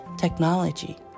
technology